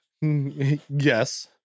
yes